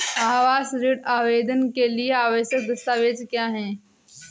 आवास ऋण आवेदन के लिए आवश्यक दस्तावेज़ क्या हैं?